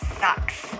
sucks